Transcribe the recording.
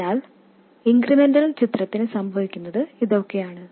അതിനാൽ ഇൻക്രിമെന്റൽ ചിത്രത്തിൽ സംഭവിക്കുന്നത് ഇതൊക്കെയാണ്